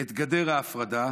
את גדר ההפרדה,